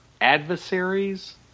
adversaries